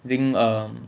then um